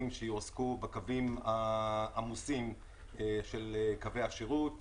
שיועסקו בקווים העמוסים של קווי השירות,